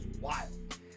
wild